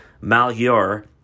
Malheur